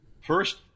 First